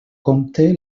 compte